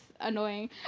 annoying